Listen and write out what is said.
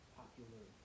popular